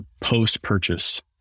post-purchase